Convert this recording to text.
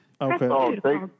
Okay